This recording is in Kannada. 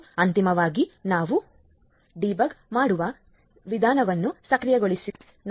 ಮತ್ತು ಅಂತಿಮವಾಗಿ ನಾವು ಡೀಬಗ್ ಮಾಡುವ ವಿಧಾನವನ್ನು ಸಕ್ರಿಯಗೊಳಿಸಿದ್ದೇವೆ